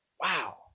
Wow